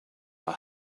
are